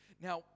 Now